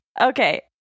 Okay